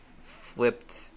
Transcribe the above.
flipped